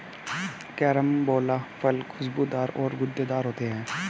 carambola फल खुशबूदार और गूदेदार होते है